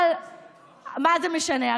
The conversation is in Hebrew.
אבל מה זה משנה?